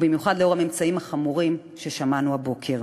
ובמיוחד לאור הממצאים החמורים ששמענו הבוקר.